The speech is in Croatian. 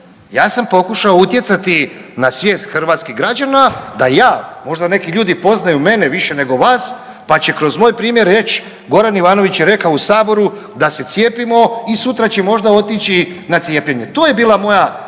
ja sam pokušao utjecati na svijest hrvatskih građana da ja, možda neki ljudi poznaju mene više nego vas pa će kroz moj primjer reći Goran Ivanović je rekao u saboru da se cijepimo i sutra će možda otići na cijepljenje. To je bila moja,